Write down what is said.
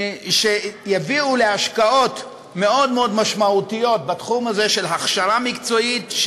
שיביאו להשקעות מאוד מאוד משמעותיות בתחום הזה של הכשרה מקצועית,